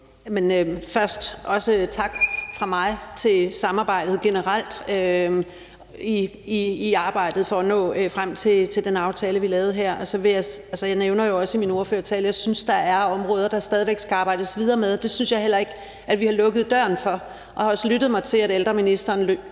Først også tak fra mig for samarbejdet generelt og i arbejdet for at nå frem til den aftale, vi lavede her. Jeg nævner jo også i min ordførertale, at jeg synes, der er områder, der stadig væk skal arbejdes videre med, og det synes jeg heller ikke vi har lukket døren for. Jeg har også lyttet mig til, at ældreministeren lover